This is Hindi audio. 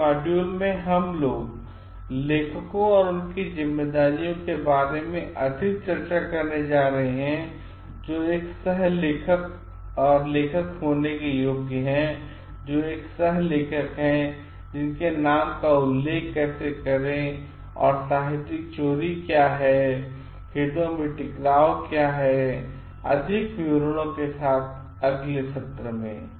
अगले मॉड्यूल में हम लेखकों और उनकी ज़िम्मेदारियों के बारे में अधिक चर्चा करने जा रहे हैं जो एक लेखक होने के लिए योग्य हैं जो एक सह लेखक हैं उनके नाम का उल्लेख कैसे करें और साहित्यिक चोरी क्या है हितों का टकराव में क्या है अधिक विवरणों के साथ अगले सत्र में